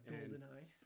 GoldenEye